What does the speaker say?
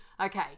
okay